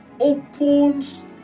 opens